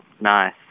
Nice